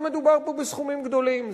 לא מדובר פה בסכומים גדולים,